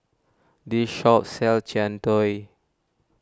this shop sells Jian Dui